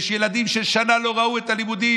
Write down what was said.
יש ילדים ששנה לא ראו את הלימודים,